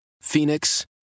phoenix